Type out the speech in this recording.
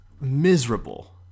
miserable